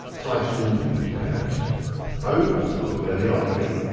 title we can add home or call it whatever you like really.